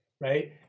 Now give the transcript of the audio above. right